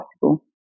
possible